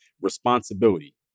responsibility